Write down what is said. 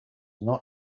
not